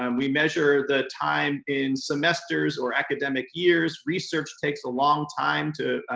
and we measure the time in semesters or academic years. research takes a long time to